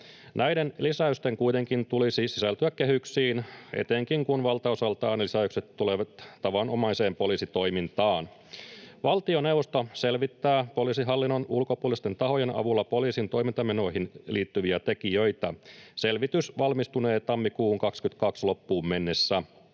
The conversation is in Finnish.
Näiden lisäysten kuitenkin tulisi sisältyä kehyksiin, etenkin, kun valtaosaltaan lisäykset tulevat tavanomaiseen poliisitoimintaan. Valtioneuvosto selvittää poliisihallinnon ulkopuolisten tahojen avulla poliisin toimintamenoihin liittyviä tekijöitä. Selvitys valmistunee tammikuun 22 loppuun mennessä.